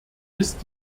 ist